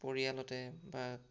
পৰিয়ালতে বা